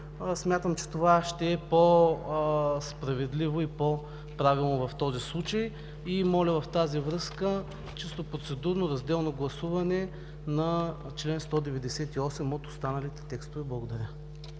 Смятам, че това ще е по-справедливо и по-правилно в този случай и моля в тази връзка чисто процедурно, разделно гласуване на чл. 198 от останалите текстове. Благодаря.